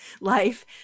life